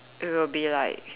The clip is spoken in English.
it will be like